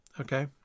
okay